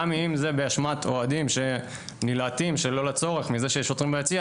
גם אם זה באשמת אוהדים שנלהטים שלא לצורך מזה שיש שוטרים ביציע,